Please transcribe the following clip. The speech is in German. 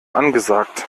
angesagt